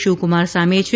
શિવકુમાર સામે છે